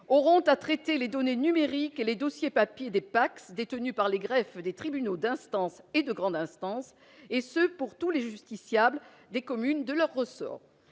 auront à traiter les données numériques et les dossiers papier Despax détenu par les greffes des tribunaux d'instance et de grande instance, et ce pour tous les justiciables des communes de leur ressort,